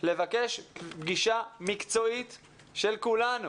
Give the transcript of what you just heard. לבקש פגישה מקצועית של כולנו,